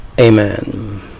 Amen